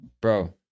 bro